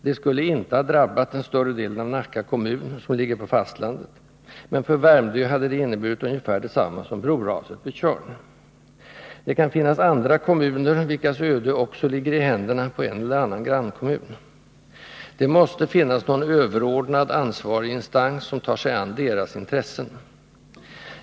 Det skulle inte ha drabbat den större delen av Nacka kommun, som ligger på fastlandet, men för Värmdö hade det inneburit ungefär detsamma som broraset för Tjörn. Det kan finnas andra kommuner vilkas öde också ligger i händerna på en eller annan grannkommun. Det måste finnas någon överordnad, ansvarig instans som tar sig an deras intressen.